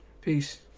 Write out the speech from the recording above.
Peace